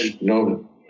no